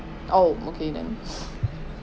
oh okay then